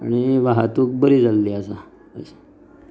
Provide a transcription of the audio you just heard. आनी हातूंक बरी जाल्ली आसा